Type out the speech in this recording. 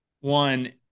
one